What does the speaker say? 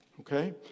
okay